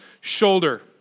shoulder